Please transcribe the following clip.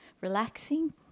relaxing